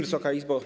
Wysoka Izbo!